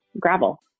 gravel